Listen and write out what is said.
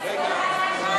נתקבלו.